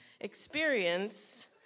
experience